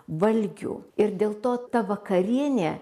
valgių ir dėl to ta vakarienė